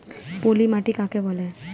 পলি মাটি কাকে বলে?